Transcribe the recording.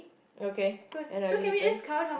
okay another difference